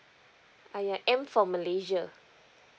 ah ya m for malaysia